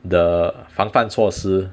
the 防范措施